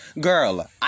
Girl